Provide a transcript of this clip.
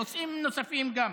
ונושאים נוספים גם.